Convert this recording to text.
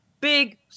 big